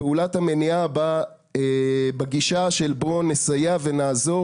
פעולת המניעה בא בגישה של בואו נסייע ונעזור